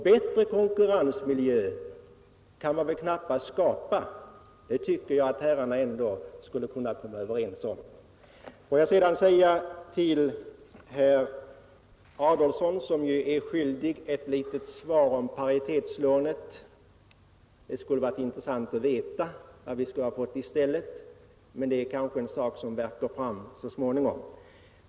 Bättre konkurrensmiljö kan man väl knappast skapa — det tycker jag att herrarna kunde komma överens om. Får jag sedan säga några ord till herr Adolfsson, som är skyldig ett litet svar om paritetslånet — det skulle ha varit intressant att veta vad vi skulle ha fått i stället. Men det är kanske en sak som värker fram så småningom.